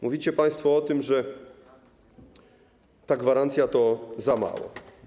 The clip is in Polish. Mówicie państwo o tym, że ta gwarancja to za mało.